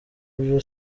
byo